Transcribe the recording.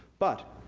but,